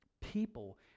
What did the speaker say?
people